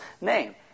name